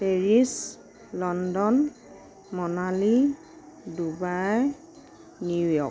Paris London Manali Dubai New York